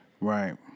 Right